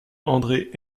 andré